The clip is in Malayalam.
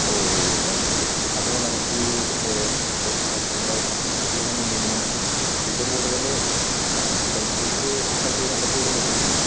ഓ അത് ശരി അപ്പോൾ നമുക്ക് ഒരു അക്കൊമഡേഷൻ സെറ്റ് ചെയ്യണം എന്നുണ്ടെങ്കിൽ നമുക്ക് ഏറ്റവും കൂടുതൽ ആ പ്ലേയ്സസ് കവറ് ചെയ്യാൻ പറ്റിയൊരു അക്കൊമഡേഷൻ